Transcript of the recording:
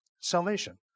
salvation